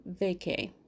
vacay